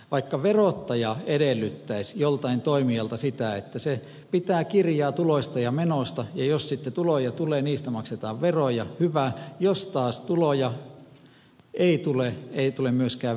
vaikka verottaja edellyttäisi joltain toimijalta sitä että se pitää kirjaa tuloista ja menoista ja jos sitten tuloja tulee niistä maksetaan veroja hyvä jos taas tuloja ei tule ei tule myöskään veroja